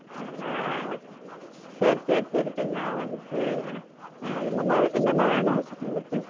சேரி சேரி சரி இப்போ ஞாபகம் வந்துடுச்சு என்னம்மா என்னம்மா வேணும் உங்களுக்கு